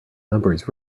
numbers